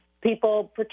people